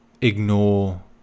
Ignore